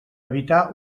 evitar